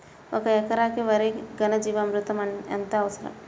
ఒక ఎకరా వరికి ఘన జీవామృతం ఎంత అవసరం?